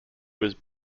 was